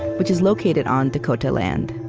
which is located on dakota land.